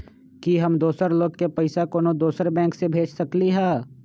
कि हम दोसर लोग के पइसा कोनो दोसर बैंक से भेज सकली ह?